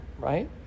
right